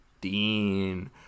Dean